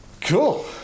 Cool